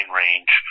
range